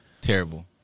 Terrible